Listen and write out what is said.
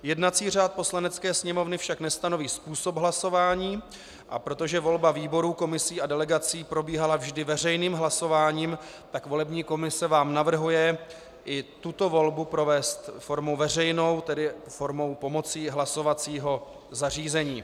Jednací řád Poslanecké sněmovny však nestanoví způsob hlasování, a protože volba výborů, komisí a delegací probíhala vždy veřejným hlasováním, volební komise vám navrhuje i tuto volbu provést formou veřejnou, tedy formou pomocí hlasovacího zařízení.